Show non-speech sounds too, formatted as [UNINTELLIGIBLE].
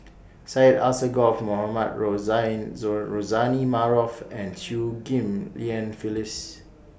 Syed Alsagoff Mohamed Rozani [UNINTELLIGIBLE] Rozani Maarof and Chew Ghim Lian Phyllis